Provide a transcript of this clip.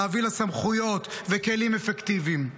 לתת לה סמכויות וכלים אפקטיביים,